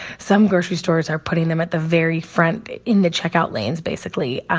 some grocery stores are putting them at the very front in the checkout lanes basically,